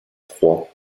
trois